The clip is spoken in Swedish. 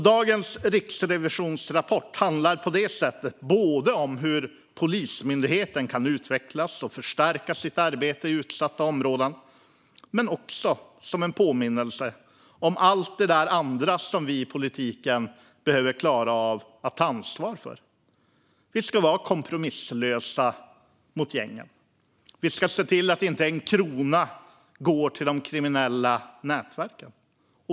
Dagens rapport från Riksrevisionen handlar på det sättet om hur Polismyndigheten kan utveckla och förstärka sitt arbete i utsatta områden och tjänar som en påminnelse om allt det andra som vi i politiken behöver klara av att ta ansvar för. Riksrevisionens rapport om Polis-myndighetens arbetei utsatta områden Vi ska vara kompromisslösa mot gängen. Vi ska se till att inte en krona går till de kriminella nätverken.